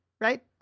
right